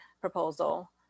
proposal